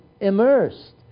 immersed